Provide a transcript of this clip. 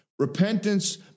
Repentance